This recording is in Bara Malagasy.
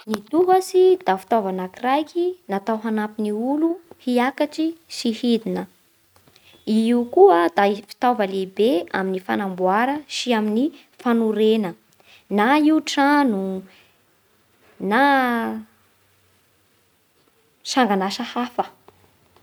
Ny tohatsy da fitaova anakiraika natao hanampy ny olo hiakatsy sy hidina. I io koa da fitaova lehibe amin'ny fanamboara sy amin'ny fanorena, na io trano na sangan'asa hafa.